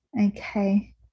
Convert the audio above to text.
Okay